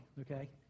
okay